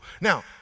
Now